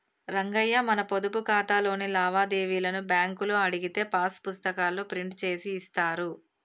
రంగయ్య మన పొదుపు ఖాతాలోని లావాదేవీలను బ్యాంకులో అడిగితే పాస్ పుస్తకాల్లో ప్రింట్ చేసి ఇస్తారు